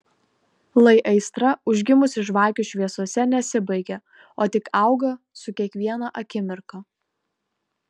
lai aistra užgimusi žvakių šviesose nesibaigia o tik auga su kiekviena akimirka